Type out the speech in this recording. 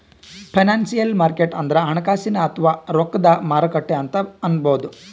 financial market ಅಂದ್ರ ಹಣಕಾಸಿನ್ ಅಥವಾ ರೊಕ್ಕದ್ ಮಾರುಕಟ್ಟೆ ಅಂತ್ ಅನ್ಬಹುದ್